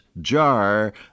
jar